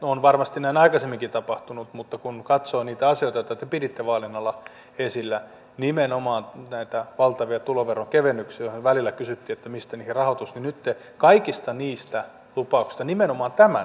on näin varmasti aikaisemminkin tapahtunut mutta kun katsoo niitä asioita joita te piditte vaalien alla esillä nimenomaan näitä valtavia tuloveron kevennyksiä joista välillä kysyttiin että mistä niihin rahoitus niin nyt te kaikista niistä lupauksista nimenomaan tämän jätätte tekemättä